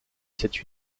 cette